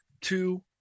two